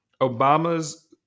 Obama's